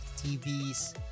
TVs